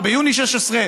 או ביוני 2016,